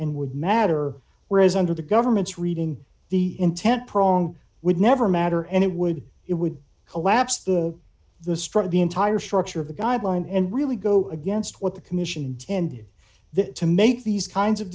and would matter whereas under the government's reading the intent prong would never matter and it would it would collapse the the stress of the entire structure of the guideline and really go against what the commission intended that to make these kinds of